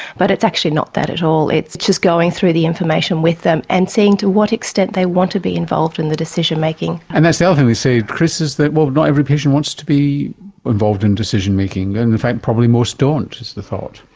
but it's actually not that at all, it's just going through the information with them and seeing to what extent they want to be involved in the decision making. and that's the other thing they say, chris, is that not every patient was to be involved in decision making, and in fact properly most don't is the thought.